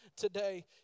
today